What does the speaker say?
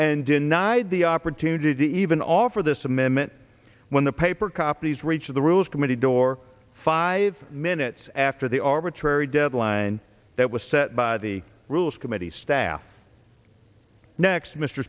and denied the opportunity to even offer this amendment when the paper copies reach of the rules committee door five minutes after the arbitrary deadline that was set by the rules committee staff next